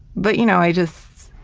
but you know i just